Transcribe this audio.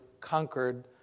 conquered